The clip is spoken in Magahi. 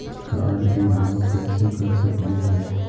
कार्ड के ब्लॉक कैसे कर सकली हे?